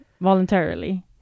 voluntarily